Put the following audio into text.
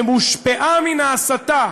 שהושפעה מן ההסתה